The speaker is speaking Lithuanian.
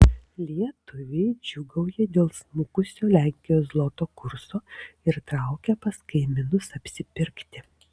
lietuviai džiūgauja dėl smukusio lenkijos zloto kurso ir traukia pas kaimynus apsipirkti